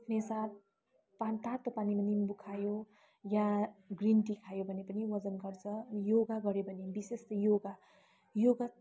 उठ्ने साथ पानी तातो पानीमा निम्बु खायो वा ग्रिन टी खायो भने पनि वजन घट्छ योगा गर्यो भने पनि विशेष त योगा योगा